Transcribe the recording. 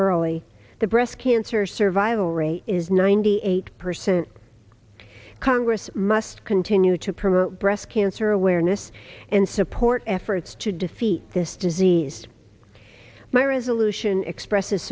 early the breast cancer survival rate is ninety eight percent congress must continue to promote breast cancer awareness and support efforts to defeat this disease my resolution expresses